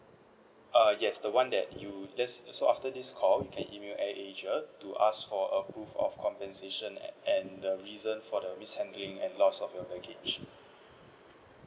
err yes the [one] that you yes so after this call you can email AirAsia to ask for approve of compensation and the reason for the mishandling and lost of your baggage